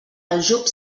aljub